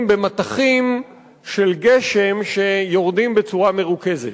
במטחים של גשם שיורדים בצורה מרוכזת.